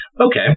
Okay